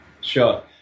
Sure